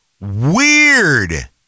weird